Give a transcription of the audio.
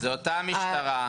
זו אותה המשטרה.